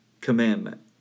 commandment